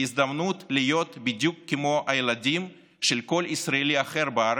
להזדמנות להיות בדיוק כמו הילדים של כל ישראלי אחר בארץ,